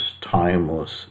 timeless